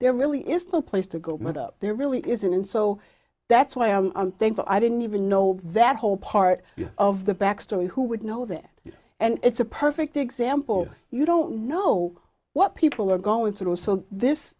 there really is no place to go but up there really isn't and so that's why i'm thankful i didn't even know that whole part of the back story who would know that and it's a perfect example you don't know what people are going through so this